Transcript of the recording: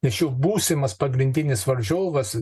nes jo būsimas pagrindinis varžovas